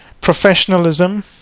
professionalism